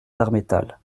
darnétal